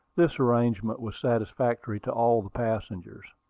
this arrangement was satisfactory to all the passengers.